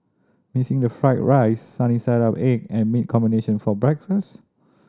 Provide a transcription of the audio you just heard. missing the fried rice sunny side up egg and meat combination for breakfast